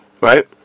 right